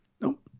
Nope